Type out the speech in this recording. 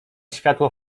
światło